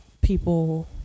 people